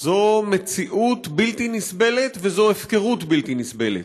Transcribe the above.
זו מציאות בלתי נסבלת וזו הפקרות בלתי נסבלת.